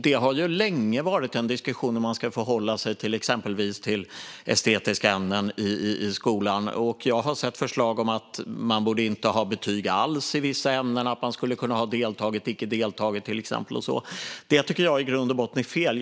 Det har länge funnits en diskussion om hur man ska förhålla sig exempelvis till estetiska ämnen i skolan. Jag har sett förslag om att man inte borde ha betyg alls i vissa ämnen och att man i stället skulle ha till exempel deltagit/icke deltagit. Det tycker jag i grund och botten är fel.